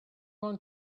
want